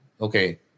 okay